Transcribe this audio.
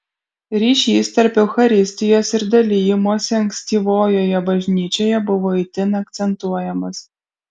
ryšys tarp eucharistijos ir dalijimosi ankstyvojoje bažnyčioje buvo itin akcentuojamas